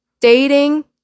dating